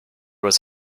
was